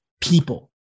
people